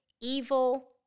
evil